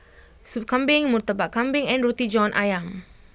Sop Kambing Murtabak Kambing and Roti John Ayam